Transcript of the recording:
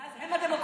ואז הם הדמוקרטיה.